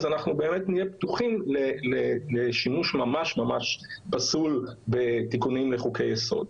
אנחנו באמת נהיה פתוחים לשימוש ממש פסול בתיקונים לחוקי יסוד.